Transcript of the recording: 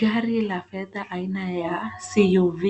Gari la fedha aina ya CUV